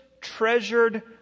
treasured